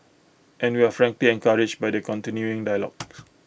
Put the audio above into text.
and we're frankly encouraged by the continuing dialogue